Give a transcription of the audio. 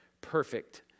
perfect